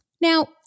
Now